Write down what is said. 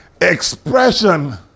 expression